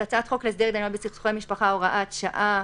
" חוק להסדר התדיינויות בסכסוכי משפחה (הוראת שעה)